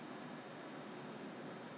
!wah! terrible leh 你知道什么吗